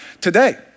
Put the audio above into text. today